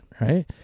right